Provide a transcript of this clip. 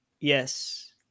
yes